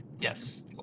Yes